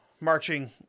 marching